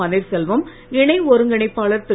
பன்னீர்செல்வம் இண ஒருங்கிணைப்பாளர் திரு